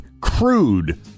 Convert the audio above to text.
crude